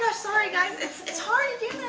ah sorry guys, it's it's hard